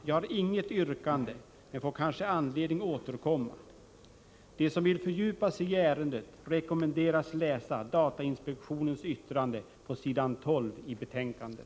Jag har inget yrkande, men jag får kanske anledning återkomma. De som vill fördjupa sig i ärendet rekommenderas att läsa datainspektionens yttrande, som redovisas på s. 12 och följande i betänkandet.